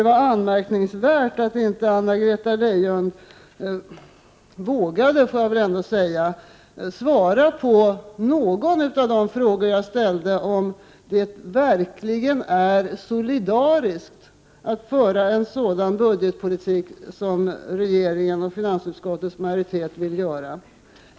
Det är anmärkningsvärt att inte Anna-Greta Leijon vågade svara på någon av de frågor jag ställde om det verkligen är solidariskt att föra en sådan budgetpolitik som regeringen och finansutskottets majoritet förespråkar.